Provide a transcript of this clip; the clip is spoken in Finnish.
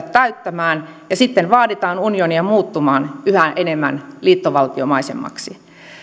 täyttämään ja sitten vaaditaan unionia muuttumaan yhä enemmän liittovaltiomaisemmaksi